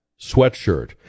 sweatshirt